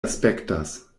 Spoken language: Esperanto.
aspektas